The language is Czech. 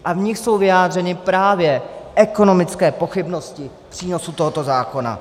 V nich jsou vyjádřeny právě ekonomické pochybnosti přínosu tohoto zákona.